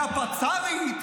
כשהחשודה העיקרית היא הפצ"רית,